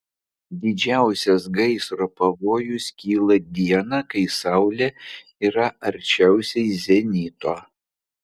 didžiausias gaisro pavojus kyla dieną kai saulė yra arčiausiai zenito